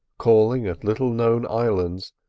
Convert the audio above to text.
calling at little-known islands,